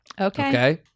Okay